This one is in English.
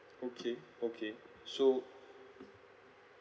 okay okay so